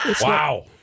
Wow